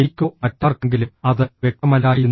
എനിക്കോ മറ്റാർക്കെങ്കിലും അത് വ്യക്തമല്ലായിരുന്നു